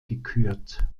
gekürt